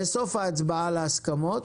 בסוף ההצבעה על ההסכמות,